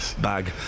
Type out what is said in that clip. bag